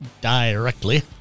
directly